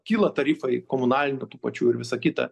kyla tarifai komunalinių tų pačių ir visa kita